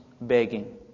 begging